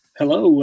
hello